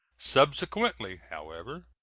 subsequently, however,